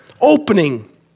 opening